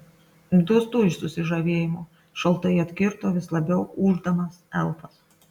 dūstu iš susižavėjimo šaltai atkirto vis labiau ūždamas elfas